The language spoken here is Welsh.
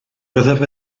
byddaf